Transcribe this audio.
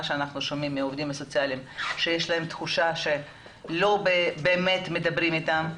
אנחנו שומעים מהעובדים הסוציאליים שיש להם תחושה שלא באמת מדברים איתם,